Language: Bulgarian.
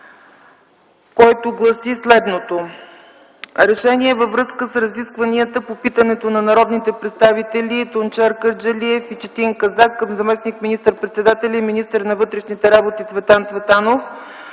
който гласи следното: „РЕШЕНИЕ във връзка с разискванията по питането на народните представители Тунчер Кърджалиев и Четин Казак към заместник министър-председателя и министър на вътрешните работи Цветан Цветанов